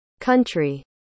country